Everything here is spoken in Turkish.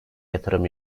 yatırım